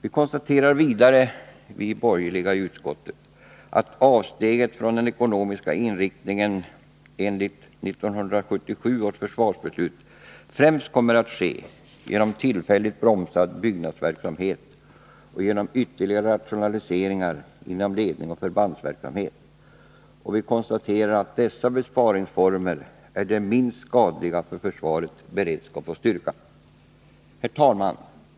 De borgerliga ledamöterna i utskottet konstaterar vidare att avsteget från den ekonomiska inriktningen enligt 1977 års försvarsbeslut främst kommer att göras genom tillfälligt bromsad byggnadsverksamhet och genom ytterligare rationaliseringar inom ledning och förbandsverksamhet. Vi räknar med att dessa besparingsformer är de minst skadliga för försvarets beredskap och styrka. Herr talman!